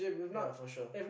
ya for sure